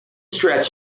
stretch